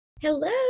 Hello